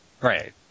Right